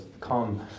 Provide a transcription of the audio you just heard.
Come